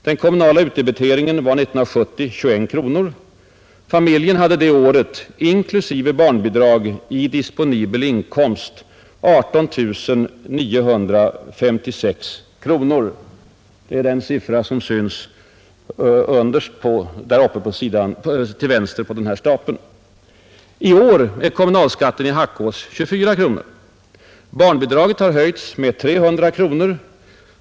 Den kommunala utdebiteringen var år 1970 21 kronor. Familjen hade det året inklusive barnbidrag i disponibel inkomst 18 956 kronor. I år är kommunalskatten i Hackås 24 kronor. Barnbidraget har höjts med 300 kronor.